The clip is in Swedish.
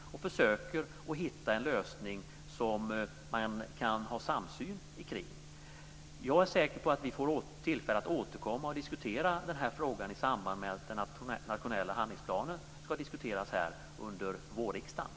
Man försöker hitta en lösning som man kan ha samsyn kring. Jag är säker på att vi får tillfälle att återkomma och diskutera denna fråga i samband med att den nationella handlingsplanen ska diskuteras här under vårriksdagen.